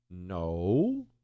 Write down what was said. No